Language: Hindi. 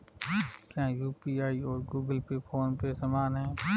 क्या यू.पी.आई और गूगल पे फोन पे समान हैं?